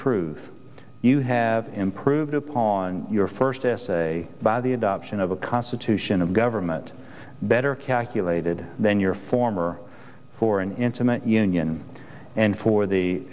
truth you have improved upon your first essay by the adoption of a constitution of government better calculated than your former for an intimate union and for the